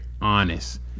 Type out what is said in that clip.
honest